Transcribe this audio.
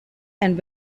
and